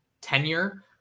tenure